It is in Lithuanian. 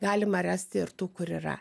galima rasti ir tų kur yra